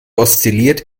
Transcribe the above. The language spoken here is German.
oszilliert